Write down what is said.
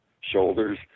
shoulders